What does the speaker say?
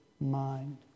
mind